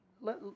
let